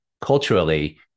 culturally